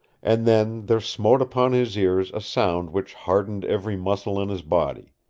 and then there smote upon his ears a sound which hardened every muscle in his body.